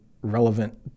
relevant